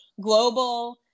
global